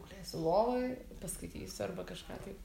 gulėsiu lovoj paskaitysiu arba kažką tai